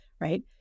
right